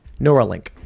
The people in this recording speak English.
Neuralink